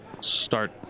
start